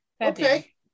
Okay